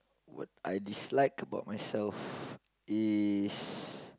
what I dislike about myself is